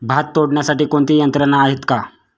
भात तोडण्यासाठी कोणती यंत्रणा आहेत का?